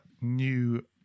new